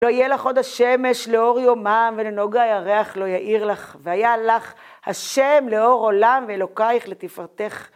לא יהיה לך עוד השמש לאור יומם ולנגה הירח לא יאיר לך, והיה לך השם לאור עולם ואלוקייך לתפארתך